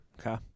okay